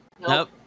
Nope